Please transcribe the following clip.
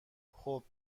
خوب